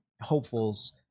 hopefuls